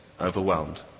overwhelmed